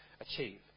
achieve